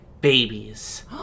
babies